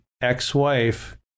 ex-wife